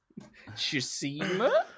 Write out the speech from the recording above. Shusima